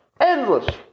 endless